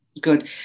good